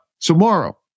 tomorrow